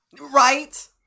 Right